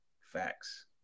Facts